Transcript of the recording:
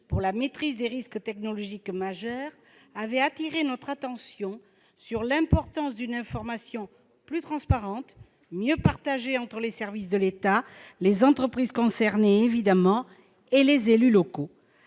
pour la maîtrise des risques technologiques majeurs avait attiré notre attention sur l'importance d'une information plus transparente, mieux partagée entre les services de l'État, les entreprises concernées et les élus locaux.